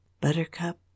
Buttercup